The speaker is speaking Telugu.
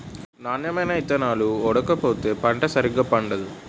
నాణ్యమైన ఇత్తనాలు ఓడకపోతే పంట సరిగా పండదు